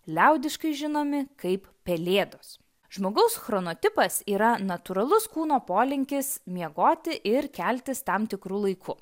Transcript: liaudiškai žinomi kaip pelėdos žmogaus chronotipas yra natūralus kūno polinkis miegoti ir keltis tam tikru laiku